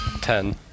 Ten